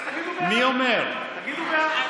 תגידו "בעד", תגידו "בעד".